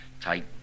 tight